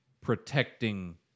protecting